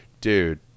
dude